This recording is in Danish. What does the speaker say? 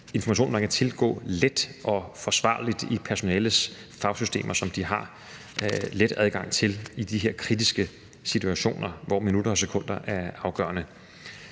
information, man kan tilgå let og på forsvarlig vis i personalets fagsystemer, så de har let adgang til den i de her kritiske situationer, hvor minutter og sekunder er afgørende.